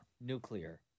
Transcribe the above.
Nuclear